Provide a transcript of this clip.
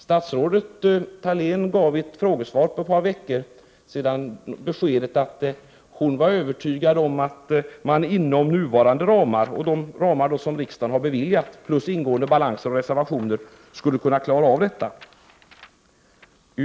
Statsrådet Thalén gav i ett frågesvar för ett par veckor sedan beskedet att hon var övertygad om att man inom nuvarande ramar — de ramar som riksdagen har beviljat — plus ingående balans och reservationer skulle kunna klara av detta.